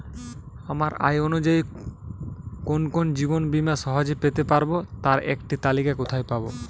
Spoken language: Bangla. আমার আয় অনুযায়ী কোন কোন জীবন বীমা সহজে পেতে পারব তার একটি তালিকা কোথায় পাবো?